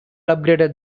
upgraded